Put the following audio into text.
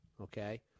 Okay